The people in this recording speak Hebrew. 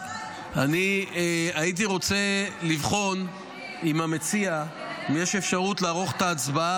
אני הייתי רוצה לבחון עם המציע אם יש אפשרות לערוך את ההצבעה